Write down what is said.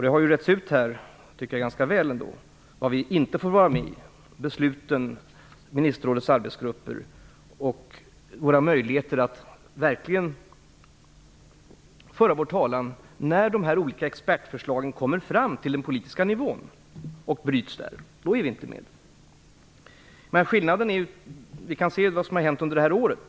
Det har ju retts ut, tycker jag, ganska väl ändå vad vi inte får vara med i - besluten, ministerrådets arbetsgrupper, att verkligen föra vår talan när de olika expertförslagen kommer fram till den politiska nivån och bryts där. Då är vi inte med. Vi kan se vad som har hänt under det här året.